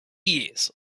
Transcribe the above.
years